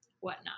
whatnot